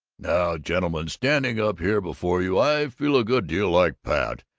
now, gentlemen, standing up here before you, i feel a good deal like pat,